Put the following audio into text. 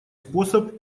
способ